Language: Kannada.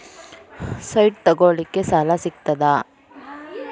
ಸೈಟ್ ತಗೋಳಿಕ್ಕೆ ಸಾಲಾ ಸಿಗ್ತದಾ?